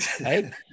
right